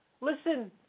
Listen